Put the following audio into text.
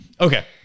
Okay